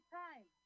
time